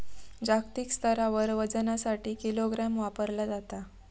जागतिक स्तरावर वजनासाठी किलोग्राम वापरला जाता